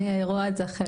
אני רואה את זה אחרת,